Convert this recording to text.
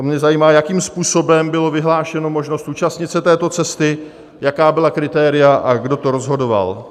To mě zajímá, jakým způsobem byla vyhlášena možnost účastnit se této cesty, jaká byla kritéria a kdo to rozhodoval.